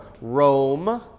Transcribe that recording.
Rome